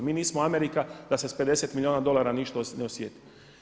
Mi nismo Amerika da se sa 50 milijuna dolara ništa ne osjeti.